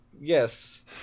Yes